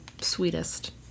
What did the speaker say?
sweetest